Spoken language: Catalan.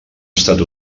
estat